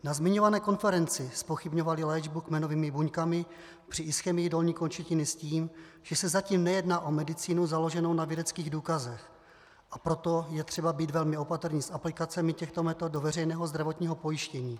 Na zmiňované konferenci zpochybňovali léčbu kmenovými buňkami při ischemii dolní končetiny s tím, že se zatím nejedná o medicínu založenou na vědeckých důkazech, a proto je třeba být velmi opatrný s aplikacemi těchto metod do veřejného zdravotního pojištění.